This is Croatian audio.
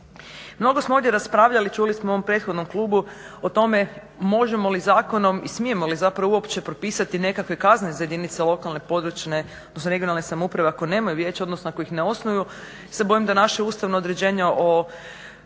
Mnogo smo ovdje raspravljali čuli smo u ovom prethodnom klubu o tome možemo li zakonom i smijemo li zapravo uopće propisati nekakve kazne za jedinice lokalne, područne odnosno regionalne samouprave ako nemaju vijeća odnosno ako ih ne osnuju. Ja se bojim da naše ustavno određenje o